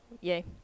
Yay